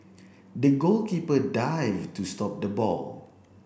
the goalkeeper dived to stop the ball